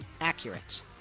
accurate